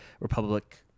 Republic